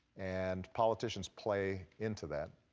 and politicians play into that.